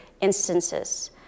instances